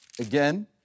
Again